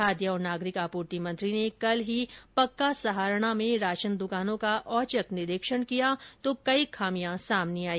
खाद्य एवं नागरिक आपूर्ति मंत्री ने कल ही पक्का सहारणा में राशन दुकानों का औचक निरीक्षण किया तो कई खामियां सामने आई